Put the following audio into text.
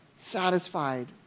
satisfied